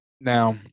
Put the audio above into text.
Now